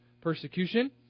persecution